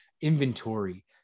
inventory